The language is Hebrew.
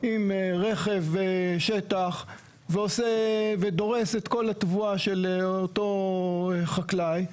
עם רכב שטח ודורס את כל התבואה של אותו חקלאי.